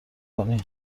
کنی